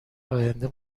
آینده